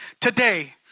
today